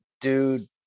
dude